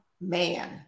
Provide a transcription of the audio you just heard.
Man